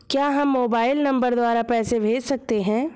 क्या हम mobile number द्वारा पैसे भेज सकते हैं?